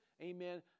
amen